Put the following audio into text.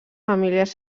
famílies